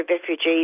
refugees